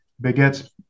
begets